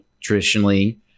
traditionally